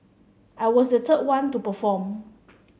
I was the third one to perform